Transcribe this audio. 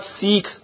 seek